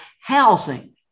housing